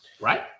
Right